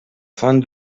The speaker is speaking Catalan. font